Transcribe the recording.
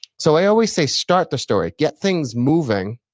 so, i always say start the story, get things moving,